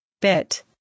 Bit